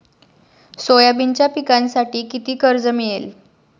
सोयाबीनच्या पिकांसाठी किती कर्ज मिळेल?